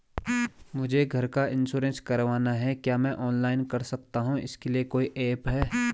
मुझे घर का इन्श्योरेंस करवाना है क्या मैं ऑनलाइन कर सकता हूँ इसके लिए कोई ऐप है?